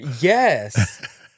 Yes